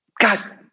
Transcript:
God